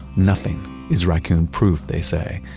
nothing is raccoon proof, they say,